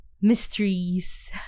mysteries